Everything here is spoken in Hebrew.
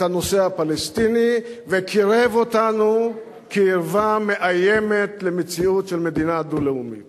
את הנושא הפלסטיני וקירב אותנו קרבה מאיימת למציאות של מדינה דו-לאומית